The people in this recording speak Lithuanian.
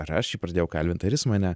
ar aš jį pradėjau kalbint ar jis mane